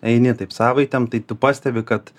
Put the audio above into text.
eini taip savaitėm tai tu pastebi kad